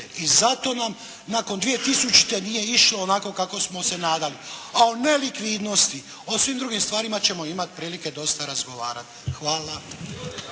I zato nam nakon 2000. nije išlo onako kako smo se nadali. O nelikvidnosti, o svim drugim stvarima ćemo imati prilike dosta razgovarat. Hvala.